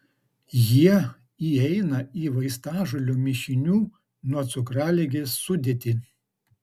jie įeina į vaistažolių mišinių nuo cukraligės sudėtį